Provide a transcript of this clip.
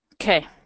Okay